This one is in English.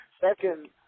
Second